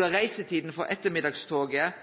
er reisetida for ettermiddagstoget